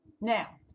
Now